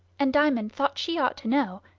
and diamond thought she ought to know,